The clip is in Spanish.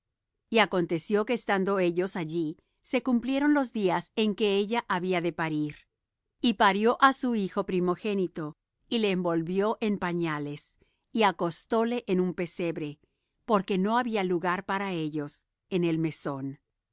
y aconteció que estando ellos allí se cumplieron los días en que ella había de parir y parió á su hijo primogénito y le envolvió en pañales y acostóle en un pesebre porque no había lugar para ellos en el mesón